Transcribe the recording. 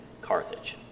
Carthage